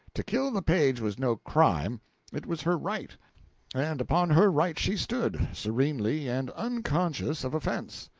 to kill the page was no crime it was her right and upon her right she stood, serenely and unconscious of offense.